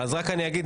אז רק אני אגיד,